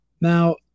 Now